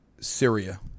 Syria